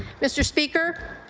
mr. speaker,